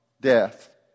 death